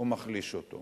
או מחליש אותו?